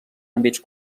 àmbits